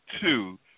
two